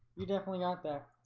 you definitely got their